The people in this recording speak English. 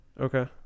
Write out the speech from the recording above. okay